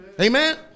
Amen